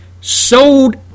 sold